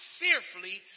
fearfully